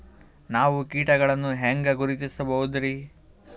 ನಾವು ಕೀಟಗಳನ್ನು ಹೆಂಗ ಗುರುತಿಸಬೋದರಿ?